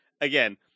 again